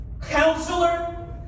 Counselor